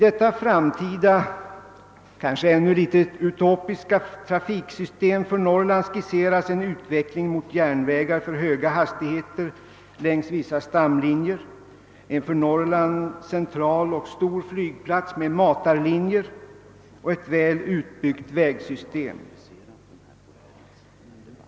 I detta framtida — kanske ännu något utopiska — trafiksystem för Norrland skisseras en utveckling mot järnvägar för höga hastigheter längs vissa stamlinjer, en för Norrland central och stor flygplats med matarlinjer och ett väl utbyggt vägsystem.